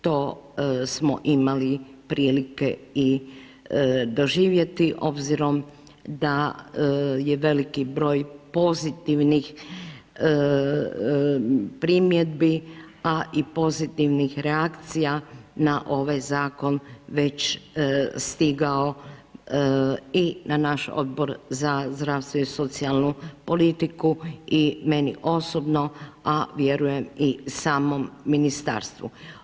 To smo imali prilike i doživjeti obzirom da je veliki broj pozitivnih primjedbi, a i pozitivnih reakcija na ovaj zakon već stigao i na naš Odbor za zdravstvo i socijalnu politiku i meni osobno, a vjerujem i samom ministarstvu.